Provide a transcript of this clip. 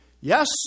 Yes